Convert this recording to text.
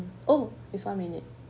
oh it's one minute